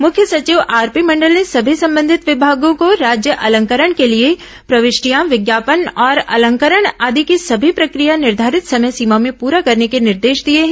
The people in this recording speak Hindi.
मुख्य संचिव आरपी मंडल ने सभी संबंधित विभागों को राज्य अलंकरण के लिए प्रविष्टियां विज्ञापन और अलंकरण आदि की सभी प्रक्रिया निर्धारित समय सीमा में पूरा करने के निर्देश दिए हैं